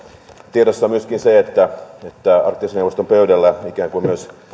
tiedossa on myöskin se että arktisen neuvoston pöydällä on ikään kuin myös